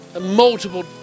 multiple